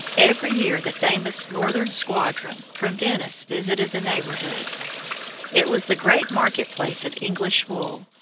every year the famous northern squadron from venice visited the neighbourhood it was the great market-place of english wool,